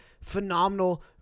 phenomenal